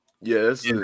yes